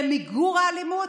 במיגור האלימות.